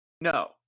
No